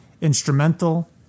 instrumental